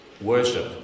worship